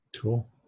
Cool